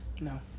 No